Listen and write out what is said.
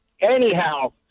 Anyhow